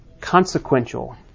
consequential